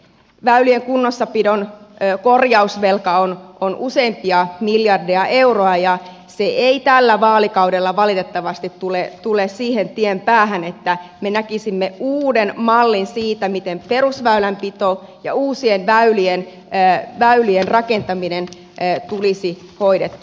väylien kunnossapidon korjausvelka on useampia miljardeja euroja ja se ei tällä vaalikaudella valitettavasti tule siihen tien päähän että me näkisimme uuden mallin siitä miten perusväylänpito ja uusien väylien rakentaminen tulisi hoidettua